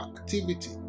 activity